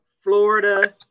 Florida